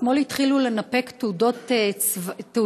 אתמול התחילו לנפק תעודות אזרחיות